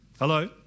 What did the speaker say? Hello